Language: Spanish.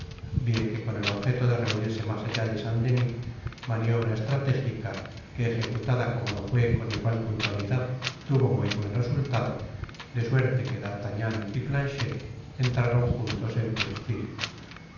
bien que con el objeto de reunirse mas allá de saint-denis maniobra estratégica que ejecutada como lo fué con igual puntualidad tuvo muy buen resultado de suerte que d'artagnan y planchet entraron juntos en pierrefile